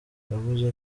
yavuze